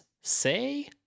say